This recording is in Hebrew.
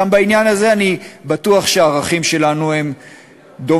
גם בעניין הזה אני בטוח שהערכים שלנו דומים,